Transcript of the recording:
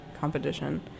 competition